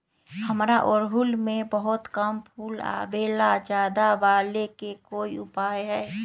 हमारा ओरहुल में बहुत कम फूल आवेला ज्यादा वाले के कोइ उपाय हैं?